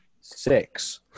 Six